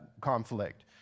conflict